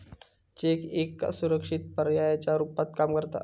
check एका सुरक्षित पर्यायाच्या रुपात काम करता